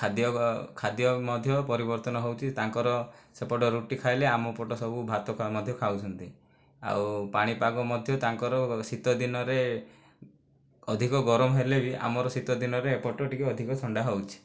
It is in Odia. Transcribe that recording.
ଖାଦ୍ୟ ଖାଦ୍ୟ ମଧ୍ୟ ପରିବର୍ତ୍ତନ ହେଉଛି ତାଙ୍କର ସେପଟ ରୁଟି ଖାଇଲେ ଆମ ପଟ ସବୁ ଭାତ ମଧ୍ୟ ଖାଉଛନ୍ତି ଆଉ ପାଣିପାଗ ମଧ୍ୟ ତାଙ୍କର ଶୀତଦିନରେ ଅଧିକ ଗରମ ହେଲେବି ଆମର ଶୀତ ଦିନରେ ଏପଟ ଟିକେ ଅଧିକ ଥଣ୍ଡା ହେଉଛି